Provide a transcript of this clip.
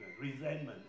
resentment